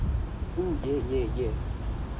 oo !yay! !yay! ya